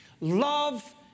Love